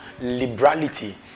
liberality